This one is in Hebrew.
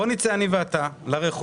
בוא נצא אתה ואני לרחוב.